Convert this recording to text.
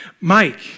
Mike